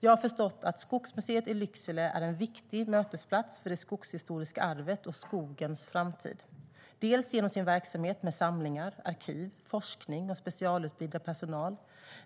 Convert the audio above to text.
Jag har förstått att Skogsmuseet i Lycksele är en viktig mötesplats för det skogshistoriska arvet och skogens framtid - dels genom sin verksamhet med samlingar, arkiv, forskning och specialutbildad personal,